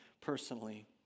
personally